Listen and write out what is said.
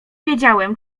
wiedziałem